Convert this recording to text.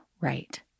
Right